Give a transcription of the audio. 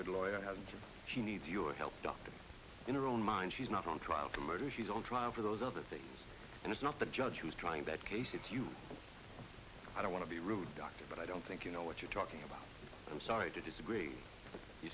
good lawyer how she needs your help dr in her own mind she's not on trial for murder she's on trial for those other things and it's not the judge who's trying that case it's you i don't want to be rude dr but i don't think you know what you're talking about i'm sorry to disagree you